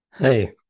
Hey